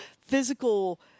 physical